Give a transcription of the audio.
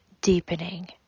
deepening